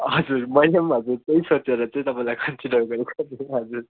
हजुर मैले हजुर त्यही सोचेर चाहिँ तपाईँलाई कन्सिडर गरेको नि हजुर